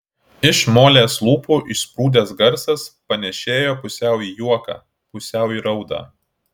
iš molės lūpų išsprūdęs garsas panėšėjo pusiau į juoką pusiau į raudą